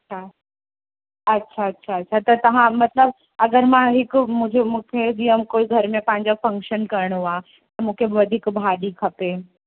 अच्छा अच्छा अच्छा अच्छा त तव्हां मतिलब अगरि मां हिक मुंहिंजो मूंखे जीअं कोई घर में पंहिंजो फ़क्शन करिणो आहे त मूंखे वधीक भाॼी खपे